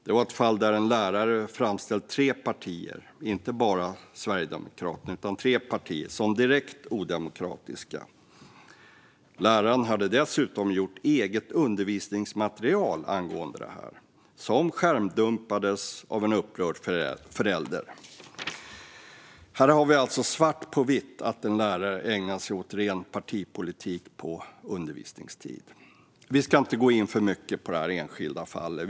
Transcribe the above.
Det var ett fall där en lärare framställde tre partier, inte bara Sverigedemokraterna, som direkt odemokratiska. Läraren hade dessutom angående detta gjort eget undervisningsmaterial, som skärmdumpades av en upprörd förälder. Här har vi alltså svart på vitt att en lärare ägnar sig åt ren partipolitik på undervisningstid. Vi ska inte gå in för mycket på det här enskilda fallet.